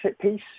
piece